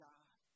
God